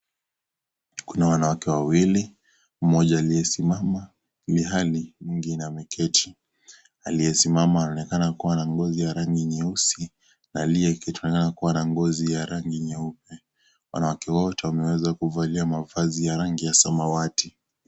Kuna wanawake wawili, mmoja aliyesimama ilhali, mwingine ameketi. Aliyesimama anaonekana kuwa na ngozi ya rangi nyeusi na aliyeketi anaonekana kuwa na ngozi ya rangi nyeupe. Wanawake wote wameweza kuvalia mavazi ya rangi ya samawati.